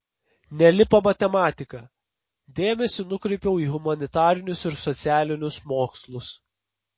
nelipo matematika dėmesį nukreipiau į humanitarinius ir socialinius mokslus